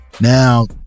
now